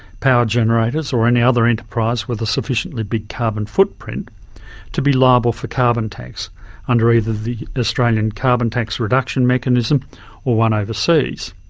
power generators or any other enterprise with a sufficiently big carbon footprint to be liable for carbon tax under either the australia's carbon tax reduction mechanism or one overseas.